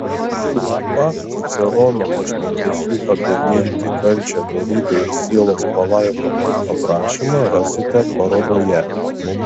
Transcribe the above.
trumpą cicerono pašnekesių apie mirtį kančią dorybę ir sielos palaimą aprašymą rasite parodoje